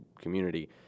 community